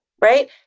right